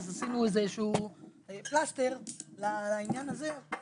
אז עשינו איזשהו פלסטר לעניין הזה,